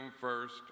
first